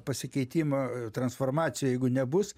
pasikeitimo transformacijoj jeigu nebus